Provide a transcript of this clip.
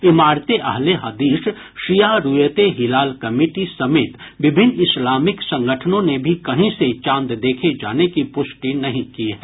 इमारते अहले हदीस शिया रूयते हिलाल कमिटी समेत विभिन्न इस्लामिक संगठनों ने भी कहीं से चांद देखे जाने की पुष्टि नहीं की है